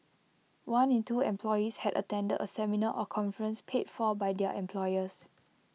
one in two employees had attended A seminar or conference paid for by their employers